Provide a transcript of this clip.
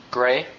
Gray